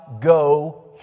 go